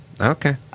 Okay